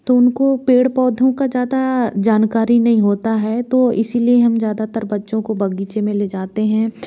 तो उनको पेड़ पौधों का ज़्यादा जानकारी नहीं होता है तो इसलिए हम ज़्यादातर बच्चों को बगीचे में ले जाते हैं